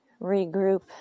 regroup